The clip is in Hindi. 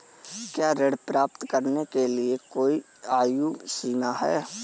क्या ऋण प्राप्त करने के लिए कोई आयु सीमा है?